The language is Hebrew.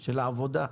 של העבודה,